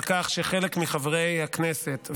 על כך שחלק מחברי הכנסת,